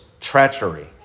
treachery